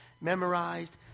memorized